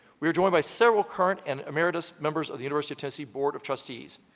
we are joined by several current and emeritus members of the university of tennessee board of trustees.